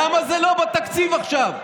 למה זה לא בתקציב עכשיו?